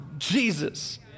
Jesus